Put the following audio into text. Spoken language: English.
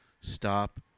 stop